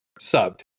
subbed